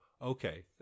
Okay